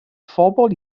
phobl